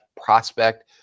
prospect